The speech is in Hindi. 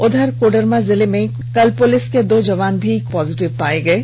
उधर कोडरमा जिले में कल पुलिस के दो जवान भी कोरोना पॉजिटिव पाए गए हैं